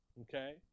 Okay